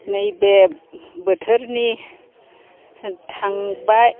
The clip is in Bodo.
नैबे बोथोरनि थांबा